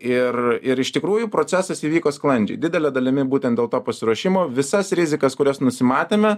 ir ir iš tikrųjų procesas įvyko sklandžiai didele dalimi būtent dėl to pasiruošimo visas rizikas kurias nusimatėme